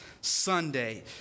Sunday